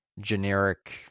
generic